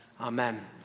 Amen